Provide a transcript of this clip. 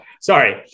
Sorry